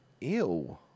Ew